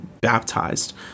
baptized